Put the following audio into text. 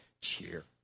cheer